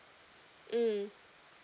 mm